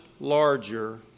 larger